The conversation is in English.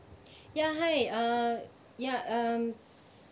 ya hi uh ya um